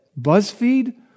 BuzzFeed